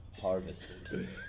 Harvested